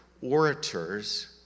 orators